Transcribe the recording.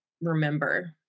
remember